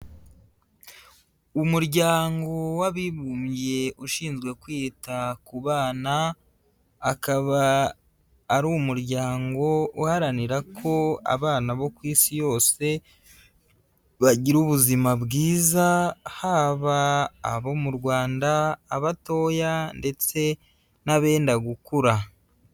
Umuryango w'Abibumbye ushinzwe kwita ku bana, akaba ari umuryango uharanira ko abana bo ku Isi yose bagira ubuzima bwiza, haba abo mu Rwanda abatoya ndetse n'abenda gukura.